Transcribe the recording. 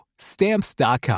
Stamps.com